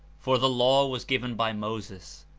for the law was given by moses,